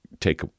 take